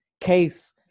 case